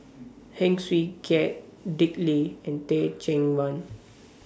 Heng Swee Keat Dick Lee and Teh Cheang Wan